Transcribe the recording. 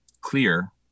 clear